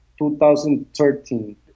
2013